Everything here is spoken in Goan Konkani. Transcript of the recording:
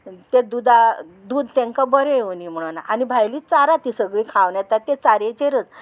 तें दुदा दूद तेंकां बरें येवंदी म्हणोन आनी भायली चारां ती सगळीं खावन येता तें चारेचेरच